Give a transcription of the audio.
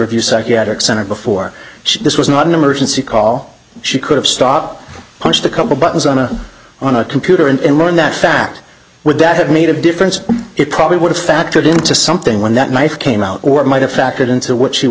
view psychiatric center before this was not an emergency call she could have stopped punched a couple buttons on a on a computer and learned that fact would that have made a difference it probably would have factored into something when that knife came out or might have factored into what she would